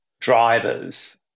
drivers